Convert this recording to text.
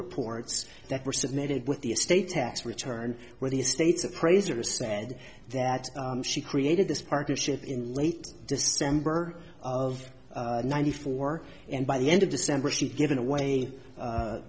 reports that were submitted with the estate tax return where the estates appraiser said that she created this partnership in late december of ninety four and by the end of december she'd given away